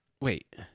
wait